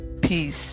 peace